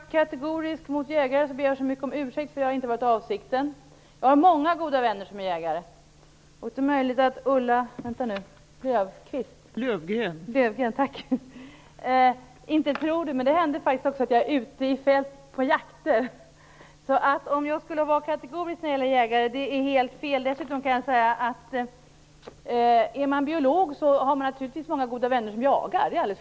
Fru talman! Om jag har uttalat mig kategoriskt om jägare så ber jag så mycket om ursäkt, för det var inte avsikten. Jag har många goda vänner som är jägare. Det är möjligt att Ulla Löfgren inte tror det, men det händer faktiskt att jag är ute i fält på jakter. Att jag skulle vara kategorisk när det gäller jägare är helt fel. Om man är biolog har man naturligtvis många goda vänner som jagar.